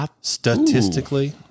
Statistically